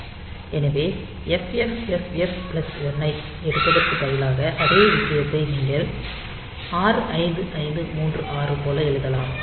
எனவே FFFF plus 1 ஐ எடுப்பதற்கு பதிலாக அதே விஷயத்தை நீங்கள் 65536 போல எழுதலாம்